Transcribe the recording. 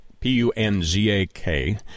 p-u-n-z-a-k